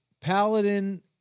paladin